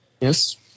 Yes